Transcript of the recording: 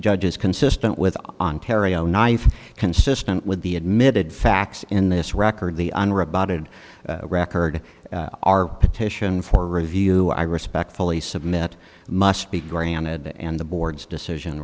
judges consistent with ontario knife consistent with the admitted facts in this record the unrebutted record our petition for review i respectfully submit must be granted and the board's decision